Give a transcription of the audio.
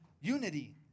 unity